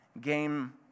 Game